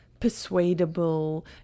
persuadable